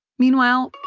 meanwhile,